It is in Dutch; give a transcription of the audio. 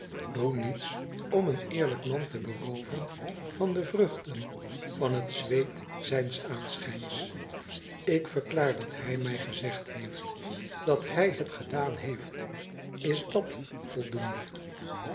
doe niets om een eerlijk man te berooven van de vruchten van het zweet zijns aanschijnsl ik verklaar dat hij mij gezegd heeft dat hij het gedaan heeft is dat voldoende